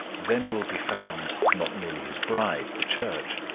then will be found not merely his bride, the church,